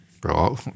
Bro